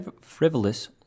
frivolous